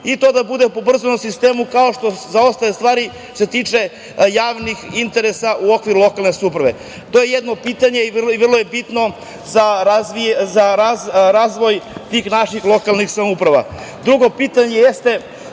i to da bude po ubrzanom sistemu kao što je za ostale stvari koje se tiču javnih interesa u okviru lokalne samouprave? To je jedno pitanje i vrlo je bitno za razvoj tih naših lokalnih samouprava. Drugo pitanje je tzv.